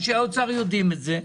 אנשי האוצר יודעים את זה.